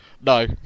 No